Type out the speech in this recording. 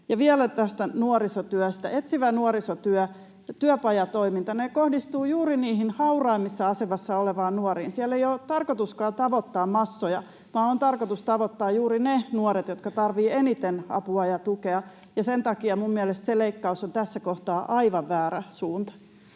vielä tästä nuorisotyöstä. Etsivä nuorisotyö ja työpajatoiminta kohdistuvat juuri niihin hauraimmassa asemassa oleviin nuoriin. Siellä ei ole tarkoituskaan tavoittaa massoja, vaan on tarkoitus tavoittaa juuri ne nuoret, jotka tarvitsevat eniten apua ja tukea. Sen takia se leikkaus on minun mielestäni tässä kohtaa aivan väärä suunta.